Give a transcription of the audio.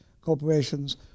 corporations